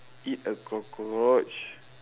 eat a cockroach